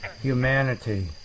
humanity